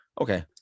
okay